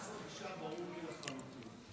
מס רכישה ברור לי לחלוטין,